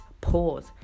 pause